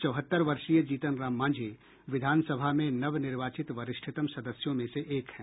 चौहत्तर वर्षीय जीतन राम मांझी विधानसभा में नव निर्वाचित वरिष्ठतम सदस्यों में से एक हैं